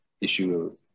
issue